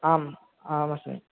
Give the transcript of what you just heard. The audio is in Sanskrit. आम् आमस्मि